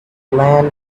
land